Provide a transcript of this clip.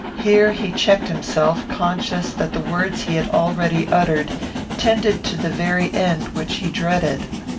here he checked himself, conscious that the words he had already uttered tended to the very end which he dreaded.